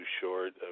short